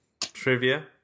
Trivia